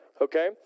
Okay